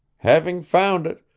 having found it,